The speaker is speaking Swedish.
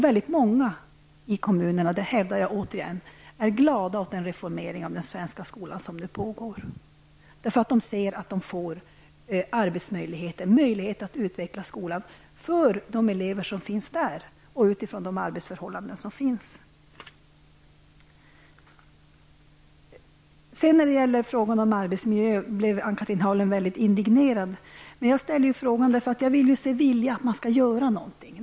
Väldigt många i kommunerna, och det hävdar jag återigen, är glada över den reformering av den svenska skolan som nu pågår, eftersom de ser att de får arbetsmöjligheter och möjlighet att utifrån de arbetsförhållanden som finns utveckla skolan för de elever som finns där. Ann-Cathrine Haglund blev mycket indignerad över min fråga om arbetsmiljön. Jag ställde frågan eftersom jag vill att man skall göra någonting.